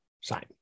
Sign